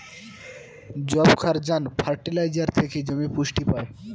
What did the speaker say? যবক্ষারজান ফার্টিলাইজার থেকে জমি পুষ্টি পায়